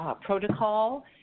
protocol